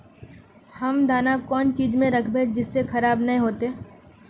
हम दाना कौन चीज में राखबे जिससे खराब नय होते?